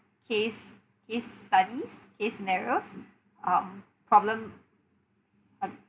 case case studies case scenarios um problem um